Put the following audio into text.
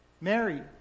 Mary